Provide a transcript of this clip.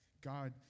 God